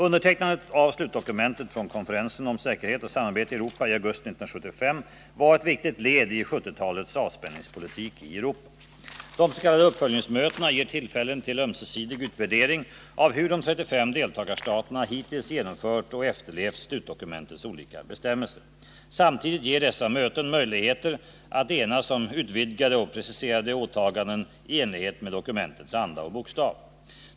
Undertecknandet av slutdokumentet från konferensen om säkerhet och samarbete i Europa i augusti 1975 var ett viktigt led i 1970-talets avspänningspolitik i Europa. uppföljningsmötena ger tillfällen till ömsesidig utvärdering av hur de 35 deltagarstaterna hittills genomfört och efterlevt slutdokumentets olika bestämmelser. Samtidigt ger dessa möten möjligheter att enas om utvidgade och preciserade åtaganden i enlighet med dokumentets anda och bokstav.